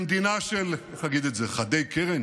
למדינה של, איך אגיד את זה, חדי קרן?